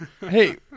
Hey